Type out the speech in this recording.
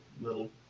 little